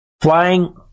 flying